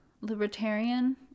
libertarian